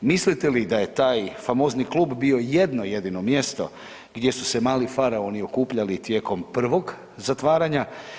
Mislite da je taj famozni klub bio jedno jedino mjesto gdje su se mali faraoni okupljali tijekom prvog zatvaranja?